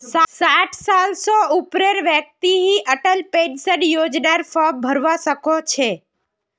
साठ साल स ऊपरेर व्यक्ति ही अटल पेन्शन योजनार फार्म भरवा सक छह